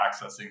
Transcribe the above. accessing